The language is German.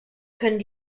können